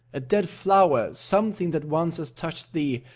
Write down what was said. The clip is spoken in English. a dead flower, something that once has touched thee,